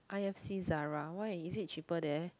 I have see Zara why is it cheaper there